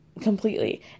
completely